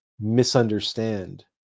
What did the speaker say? misunderstand